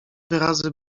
wyrazy